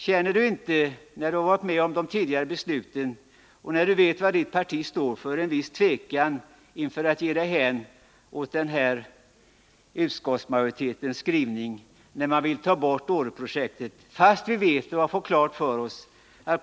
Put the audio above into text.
Känner inte Karl-Eric Norrby, som varit med om de tidigare besluten och vet vad hans parti står för, en viss tvekan inför att ge sig hän åt denna utskottsmajoritetens skrivning som innebär att man vill avsluta Åreprojektet?